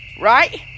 Right